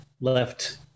left